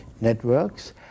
networks